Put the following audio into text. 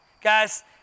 Guys